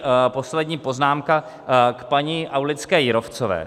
A poslední poznámka k paní Aulické Jírovcové.